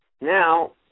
now